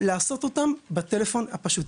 לעשות אותם בטלפו הפשוט.